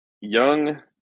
young